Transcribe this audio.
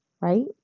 Right